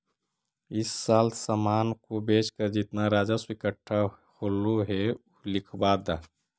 इस साल सामान को बेचकर जितना राजस्व इकट्ठा होलो हे उ लिखवा द